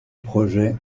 projet